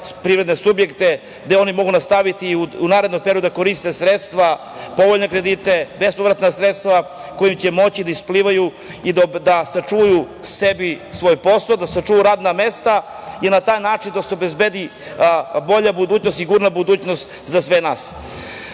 privredne subjekte, gde oni mogu nastaviti i u narednom periodu da koriste sredstva, povoljne kredite, bespovratna sredstva kojim će moći da isplivaju i da sačuvaju sebi svoj posao, da sačuvaju radna mesta i na taj način da se obezbedi bolja budućnost, sigurnija budućnost za sve